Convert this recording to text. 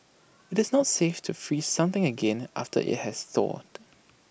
IT is not safe to freeze something again after IT has thawed